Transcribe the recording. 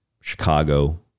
Chicago